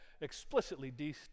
explicitly